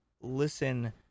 listen